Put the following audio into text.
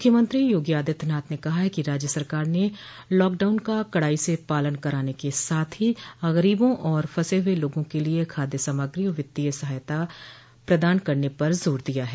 मुख्यमंत्री योगी आदित्यनाथ ने कहा है कि राज्य सरकार ने लॉकडाउन का कडाई से पालन कराने के साथ ही गरीबों और फंसे हुए लोगों के लिए खाद्य सामग्री और वित्तीय सहायता प्रदान करने पर जोर दिया है